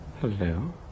Hello